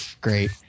Great